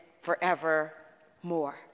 forevermore